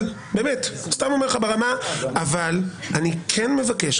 אבל אני כן מבקש,